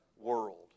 world